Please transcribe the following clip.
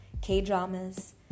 K-dramas